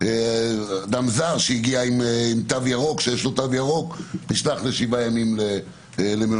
אדם זר שהגיע עם תו ירוק נשלח לשבעה ימים למלונית.